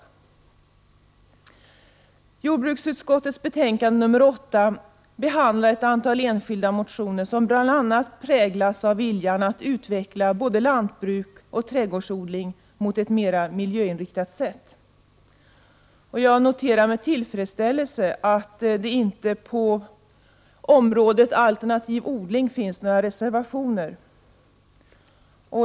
I jordbruksutskottets betänkande nr 8 behandlas ett antal enskilda motioner som bl.a. präglas av viljan att utveckla både lantbruk och trädgårdsodling på ett mera miljöinriktat sätt. Jag noterar med tillfredsställelse att det när det gäller området alternativ odling inte finns några reservationer.